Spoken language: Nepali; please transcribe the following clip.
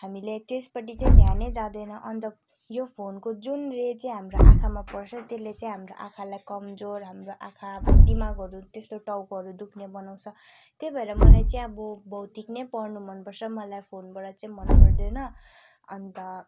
हामीले त्यसपट्टि चाहिँ ध्यानै जाँदैन अन्त यो फोनको जुन रे चाहिँ हाम्रो आँखामा पर्छ त्यसले चाहिँ हाम्रो आँखालाई कमजोर हाम्रो आँखा अब दिमागहरू त्यस्तो टाउकोहरू दुख्ने बनाउँछ त्यही भएर मलाई चाहिँ अब भौतिक नै पढ्नु मनपर्छ मलाई फोनबाट चाहिँ मनपर्दैन अन्त